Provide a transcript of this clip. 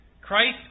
Christ